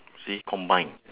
so you combine